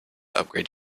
upgrade